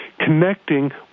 connecting